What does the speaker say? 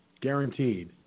guaranteed